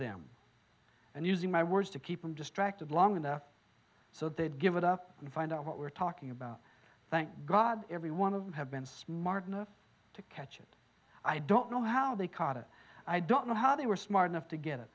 them and using my words to keep them distracted long enough so they'd give it up and find out what we're talking about thank god every one of them have been smart enough to catch it i don't know how they caught it i don't know how they were smart enough to get it